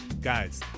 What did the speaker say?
guys